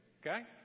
Okay